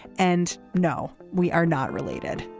and no we are not related.